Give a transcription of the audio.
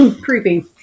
creepy